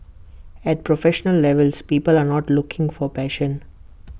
at professional levels people are not looking for passion